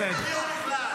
תנו לו לדבר.